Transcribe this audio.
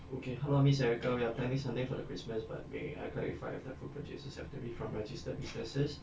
okay hello miss erica we are planning something for the christmas but may I clarify if the food purchases have to be from registered businesses